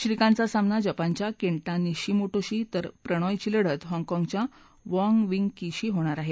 श्रीकांताचा सामना जपानच्या केंटा निशीमोटोशी तर प्रणॉयची लढत हाँगकाँगच्या वाँग विंग कीशी होणार आहे